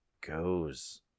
goes